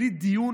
בלי דיון,